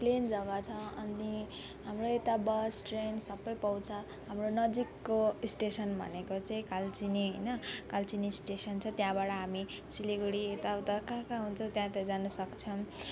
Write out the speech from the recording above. plain जग्गा छ अनि हाम्रो यता बस ट्रेन सबै पाउँछ हाम्रो नजिकको स्टेसन भनेको चाहिँ कालचिनी होइन कालचिनी स्टेसन छ त्यहाँबाट हामी सिलगढी यताउता कहाँ कहाँ हुन्छ त्यहाँ त्यहाँ जानसक्छौँ